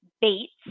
Bates